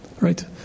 right